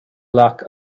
lack